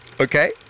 okay